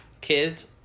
Kids